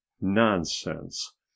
nonsense